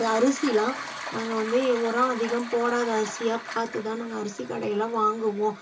அரிசி எல்லாம் நாங்கள் வந்து உரம் அதிகம் போடாத அரிசியாக பார்த்துதான் நாங்கள் அரிசி கடையில் வாங்குவோம்